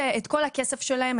את כל הכסף שלהם,